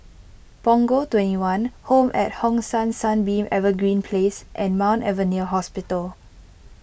Punggol twenty one Home at Hong San Sunbeam Evergreen Place and Mount Alvernia Hospital